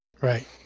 Right